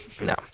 No